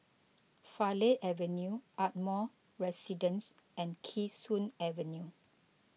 Farleigh Avenue Ardmore Residence and Kee Sun Avenue